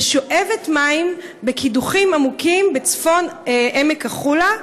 ושואבת מים בקידוחים עמוקים בצפון עמק החולה,